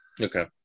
Okay